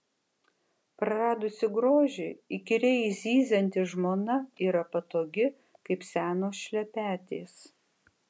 praradusi grožį įkyriai zyzianti žmona yra patogi kaip senos šlepetės